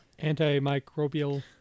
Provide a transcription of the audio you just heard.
Antimicrobial